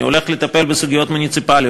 אני הולך לטפל בסוגיות מוניציפליות,